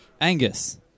Angus